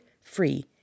free